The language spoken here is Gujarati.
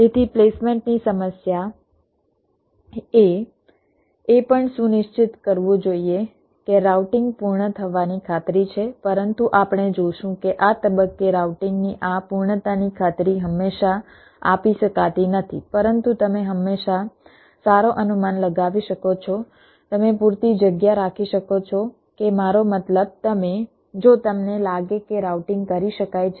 તેથી પ્લેસમેન્ટની સમસ્યાએ એ પણ સુનિશ્ચિત કરવું જોઈએ કે રાઉટિંગ પૂર્ણ થવાની ખાતરી છે પરંતુ આપણે જોશું કે આ તબક્કે રાઉટિંગની આ પૂર્ણતાની ખાતરી હંમેશા આપી શકાતી નથી પરંતુ તમે હંમેશા સારો અનુમાન લગાવી શકો છો તમે પૂરતી જગ્યા રાખી શકો છો કે મારો મતલબ તમે જો તમને લાગે કે રાઉટિંગ કરી શકાય છે